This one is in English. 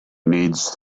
needs